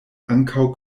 ankaŭ